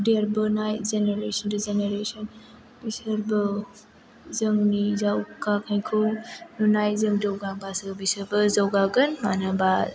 देरबोनाय generation to generation बिसोरबो जोंनि जौगानायखौ नुनाय जों जौगाब्लासो बिसोरबो जौगागोन मानो होनब्ला